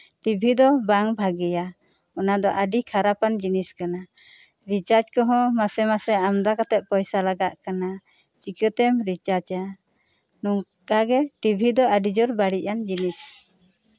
TV ᱫᱚ ᱵᱟᱝ ᱵᱷᱟᱹᱜᱤᱭᱟ ᱚᱱᱟᱫᱚ ᱟᱹᱰᱤ ᱠᱷᱟᱨᱟᱯ ᱟᱱ ᱡᱤᱱᱤᱥ ᱠᱟᱱᱟ ᱨᱤᱪᱟᱨᱡ ᱠᱚᱦᱚᱸ ᱢᱟᱥᱟ ᱢᱟᱥᱮ ᱟᱢᱫᱟ ᱠᱟᱛᱮᱜ ᱯᱚᱭᱥᱟ ᱠᱚ ᱞᱟᱜᱟᱜ ᱠᱟᱱᱟ ᱪᱤᱠᱟᱹᱛᱮᱢ ᱨᱤᱪᱟᱨᱡᱟ ᱱᱚᱝᱠᱟᱜᱮ ᱴᱤᱵᱷᱤ ᱫᱚ ᱵᱟᱹᱲᱤᱡ ᱟᱱ ᱡᱤᱱᱤᱥ